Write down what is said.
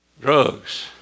Drugs